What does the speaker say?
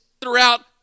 throughout